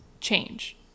change